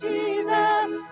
Jesus